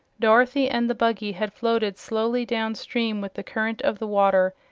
dorothy and the buggy had floated slowly down stream with the current of the water,